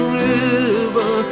river